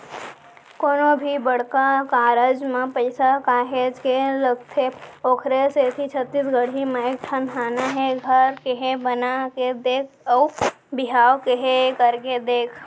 कोनो भी बड़का कारज म पइसा काहेच के लगथे ओखरे सेती छत्तीसगढ़ी म एक ठन हाना हे घर केहे बना के देख अउ बिहाव केहे करके देख